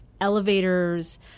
elevators